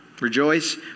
Rejoice